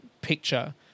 picture